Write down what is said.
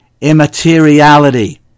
immateriality